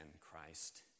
Christ